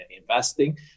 investing